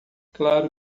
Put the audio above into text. claro